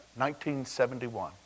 1971